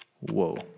Whoa